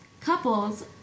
Couples